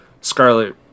scarlet